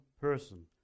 person